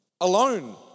alone